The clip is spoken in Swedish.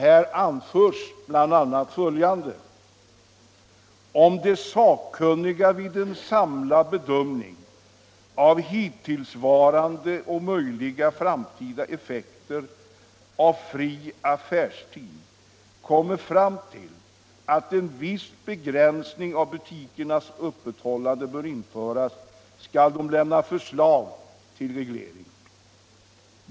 Här anförs bl.a. följande: ”Om de sakkunniga vid en samlad bedömning av hittillsvarande och möjliga framtida effekter av fri affärstid kommer fram till att viss begränsning av butikernas öppethållande bör införas, skall de lämna förslag till reglering.